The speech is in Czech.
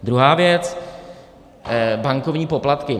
Druhá věc, bankovní poplatky.